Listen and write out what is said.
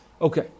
Okay